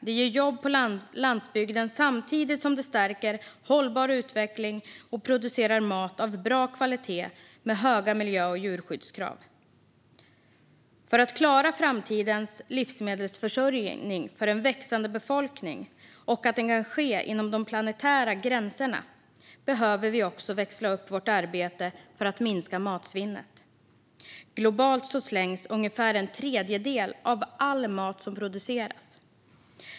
Den ger jobb på landsbygden samtidigt som den stärker hållbar utveckling och producerar mat av bra kvalitet med höga miljö och djurskyddskrav. För att klara framtidens livsmedelsförsörjning för en växande befolkning och för att den ska kunna ske inom de planetära gränserna behöver vi också växla upp vårt arbete för att minska matsvinnet. Globalt slängs ungefär en tredjedel av all mat som produceras.